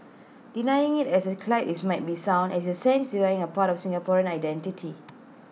denying IT as cliche IT might sound is in A sense denying A part of Singaporean identity